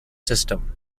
system